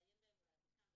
לעיין בהם או להעתיקם,